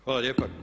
Hvala lijepo.